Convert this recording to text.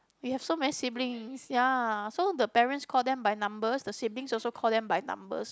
we have so many siblings ya so the parents call them by number the siblings also call them by numbers